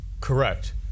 Correct